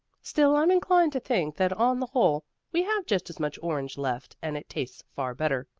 still, i'm inclined to think that on the whole we have just as much orange left and it tastes far better,